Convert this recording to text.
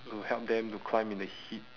to help them to climb in the heat